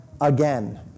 again